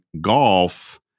golf